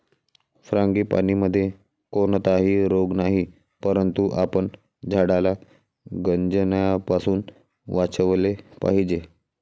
फ्रांगीपानीमध्ये कोणताही रोग नाही, परंतु आपण झाडाला गंजण्यापासून वाचवले पाहिजे